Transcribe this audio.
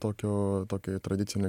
tokio tokio tradicinio